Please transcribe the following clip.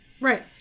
right